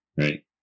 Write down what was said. right